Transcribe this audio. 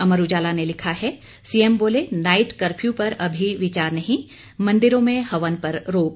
अमर उजाला ने लिखा है सीएम बोले नाइट कर्फ्यू पर अभी विचार नहीं मंदिरों में हवन पर रोक